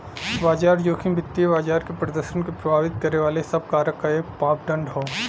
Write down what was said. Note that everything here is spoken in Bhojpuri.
बाजार जोखिम वित्तीय बाजार के प्रदर्शन क प्रभावित करे वाले सब कारक क एक मापदण्ड हौ